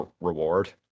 reward